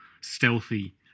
stealthy